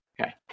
Okay